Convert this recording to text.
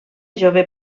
jove